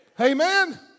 Amen